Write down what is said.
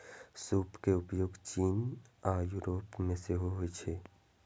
सूप के उपयोग चीन आ यूरोप मे सेहो होइ छै